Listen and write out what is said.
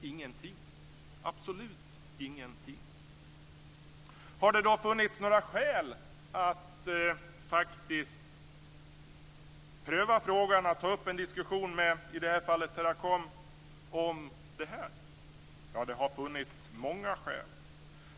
Ingenting, absolut ingenting. Har det funnits några skäl att faktiskt pröva frågan och ta upp en diskussion med i det här fallet Teracom om detta? Ja, det har funnits många skäl.